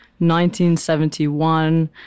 1971